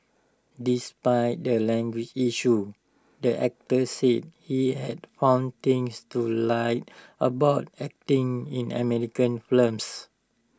despite the language issue the actor says he had found things to like about acting in American films